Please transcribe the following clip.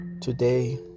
Today